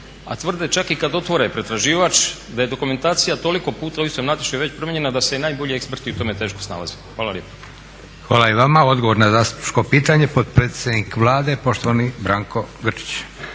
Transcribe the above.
a tvrde čak i kad otvore pretraživač da je dokumentacija toliko puta u istom natječaju već promijenjena da se i najbolji eksperti u tome teško snalaze. Hvala lijepo. **Leko, Josip (SDP)** Hvala i vama. Odgovor na zastupničko pitanje, potpredsjednik Vlade poštovani Branko Grčić.